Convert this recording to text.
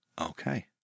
Okay